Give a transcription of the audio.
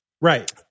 right